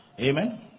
Amen